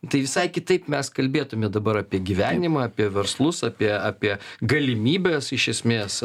tai visai kitaip mes kalbėtume dabar apie gyvenimą apie verslus apie apie galimybes iš esmės